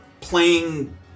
playing